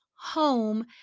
home